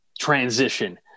transition